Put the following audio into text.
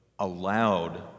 Allowed